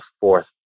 fourth